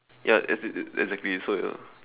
ya as in exactly so you know